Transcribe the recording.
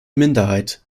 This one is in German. minderheit